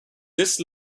this